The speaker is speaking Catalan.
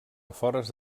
afores